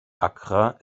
accra